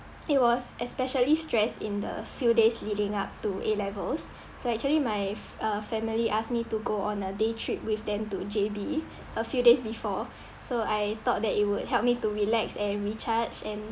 it was especially stress in the few days leading up to A levels so actually my f~ uh family asked me to go on a day trip with them to J_B a few days before so I thought that it would help me to relax and recharge and